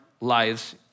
lives